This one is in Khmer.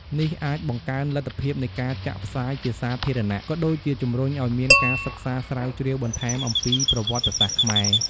នេះអាចបង្កើនលទ្ធភាពនៃការចាក់ផ្សាយជាសាធារណៈ ក៏ដូចជាជំរុញឱ្យមានការសិក្សាស្រាវជ្រាវបន្ថែមអំពីប្រវត្តិសាស្ត្រខ្មែរ។